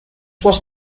was